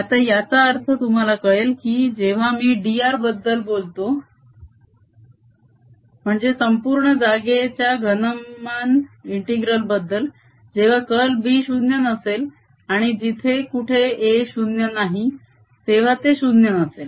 आता याचा अर्थ तुम्हाला कळेल की जेव्हा मी d r बद्दल बोलतो म्हणजे संपूर्ण जागेच्या घनमान इंटीग्रल बद्दल जेव्हा कर्ल B 0 नसेल आणि जिथे कुठे A 0 नाही तेव्हा ते 0 नसेल